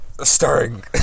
starring